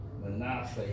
Manasseh